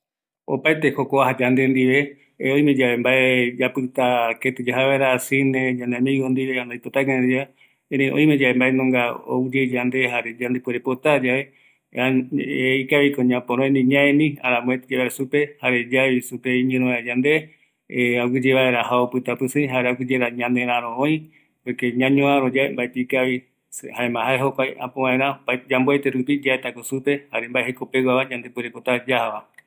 ﻿Opaeteko jokua oaja yande ndive, oime yave yapita keti yaja vaera cine, yande amigo ndive, ani oipotague ndieva erei oimeyave mbaenunga ouye yande jare jare yande puere pota yave ikaviko ñaporoenii, ñaenii aramuete yae vaera su jare yaevi supe iñoro vaera yande, aguiye vaera jae opita pisii, jare aguiye vaera ñaneraro oï, porque ñañoaro yave mbaeti ikavi, se jaema jokua äpo vaera, yamboete rupi yaetako supe, jare mbae jekopeguava yande puere pota yajava